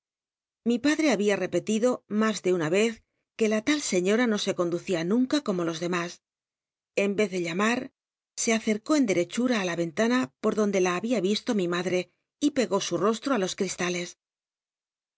ili padre había repelido mas de una cr que la tal seiiora no se conducía nunca como los demas en r er de llamar se acercó en derechura i la rcnt ma por donde la había isto mi maclr'c pegó su rostro á los cristales